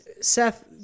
Seth